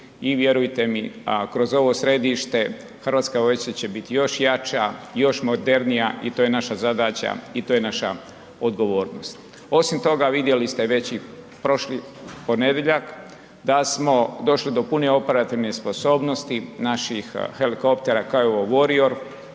I vjerujte mi kroz ovo središte Hrvatska vojska će biti još jača, još modernija i to je naša zadaća i to je naša odgovornost. Osim toga vidjeli ste već i prošli ponedjeljak da smo došli do pune operativne sposobnosti naših helikoptera Kiowa Warrior